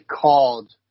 called